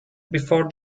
before